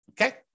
Okay